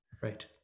Right